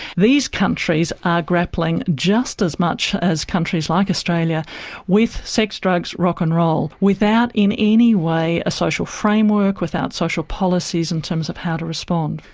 these countries are grappling just as much as countries like australia with sex, drugs, rock and roll without in any way a social framework, without social policies in terms of how to respond.